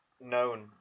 known